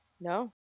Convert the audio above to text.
No